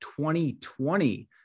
2020